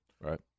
Right